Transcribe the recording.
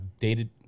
dated